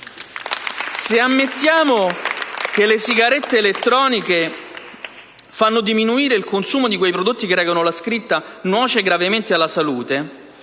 Se ammettiamo che le sigarette elettroniche fanno diminuire il consumo di quei prodotti che recano la scritta «Nuoce gravemente alla salute»,